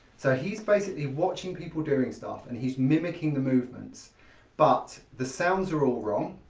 so he's basically watching people doing stuff and he's mimicking the movements but the sounds are all wrong.